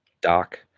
Doc